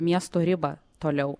miesto ribą toliau